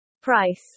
Price